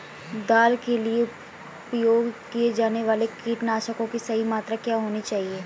दाल के लिए उपयोग किए जाने वाले कीटनाशकों की सही मात्रा क्या होनी चाहिए?